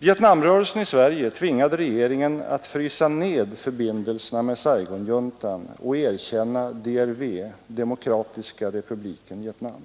Vietnamrörelsen i Sverige tvingade regeringen att frysa ned förbindelserna med Saigonjuntan och erkänna DRV — Demokratiska republiken Vietnam.